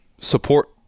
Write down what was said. support